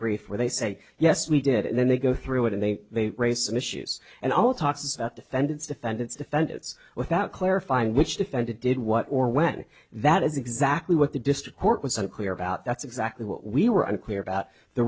brief where they say yes we did and then they go through it and then they race issues and all talks about defendants defendants defendants without clarifying which defendant did what or when that is exactly what the district court was unclear about that's exactly what we were unclear about the